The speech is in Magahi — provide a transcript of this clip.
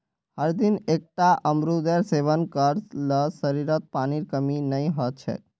हरदिन एकता अमरूदेर सेवन कर ल शरीरत पानीर कमी नई ह छेक